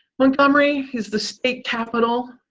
montgomery is the state capital.